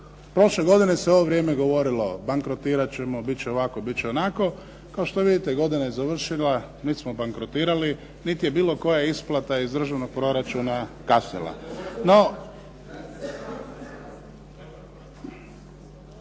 Prošle godine se u ovo vrijeme govorilo, bankrotirat ćemo, bit će ovako, bit će onako, kao što vidite godina je završila niti smo bankrotirali, niti je bilo koja isplata iz državnog proračuna kasnila.